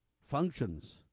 functions